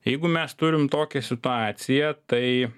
jeigu mes turim tokią situaciją tai